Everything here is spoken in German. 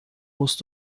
musst